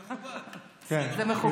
מכובד, 20%. זה מכובד.